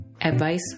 advice